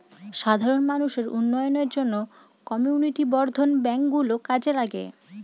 সাধারণ মানুষদের উন্নয়নের জন্য কমিউনিটি বর্ধন ব্যাঙ্ক গুলো কাজে লাগে